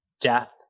death